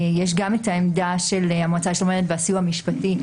יש גם את העמדה של המועצה לשלום הילד והסיוע המשפטי,